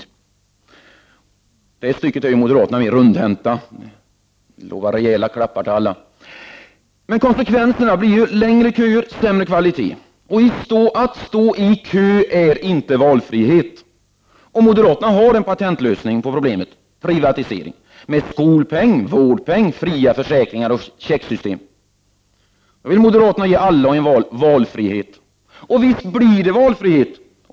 I det stycket är moderaterna mer rundhänta, som lovar rejäla klappar till alla. Men konsekvenserna blir längre köer och sämre kvalitet. Att stå i kö är inte valfrihet. Moderaterna har en patentlösning på problemet: ”privatisering”. Med skolpeng, vårdpeng, fria försäkringar och checksystem vill moderaterna ge alla och envar valfrihet. Och visst blir det valfrihet.